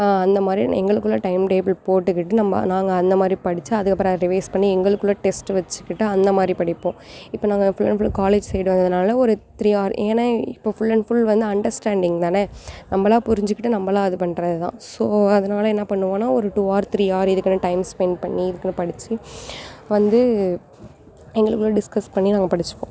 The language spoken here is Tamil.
அந்த மாதிரி எங்களுக்குள்ளே டைம் டேபிள் போட்டுக்கிட்டு நம்ம நாங்கள் அந்த மாதிரி படிச்சு அதுக்கு அப்புறம் அதை ரிவைஸ் பண்ணி எங்களுக்குள்ளே டெஸ்ட் வச்சுக்கிட்டு அந்த மாதிரி படிப்போம் இப்போ நாங்கள் full and full college side வந்ததுனால ஒரு த்ரீ ஆர் ஏன்னா இப்போ ஃபுல் அண்ட் ஃபுல் வந்து அண்டர்ஸ்டாண்டிங் தானே நம்பளாக புரிஞ்சிக்கிட்டு நம்பளாக இது பண்ணுறது தான் ஸோ அதனால என்ன பண்ணுவோன்னா ஒரு டூ ஆர் த்ரீ ஆர் இதுக்குன்னு டைம் ஸ்பெண்ட் பண்ணி இதுக்குன்னு படிச்சு வந்து எங்களுக்குள்ளே டிஸ்கஸ் பண்ணி நாங்கள் படிச்சுப்போம்